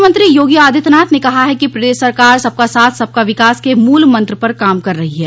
मुख्यमंत्री योगी आदित्यनाथ ने कहा है कि प्रदेश सरकार सबका साथ सबका विकास के मूल मंत्र पर काम कर रही है